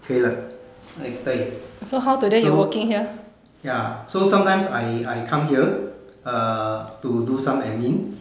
可以了 eh 对 so ya so sometimes I I come here err to do some admin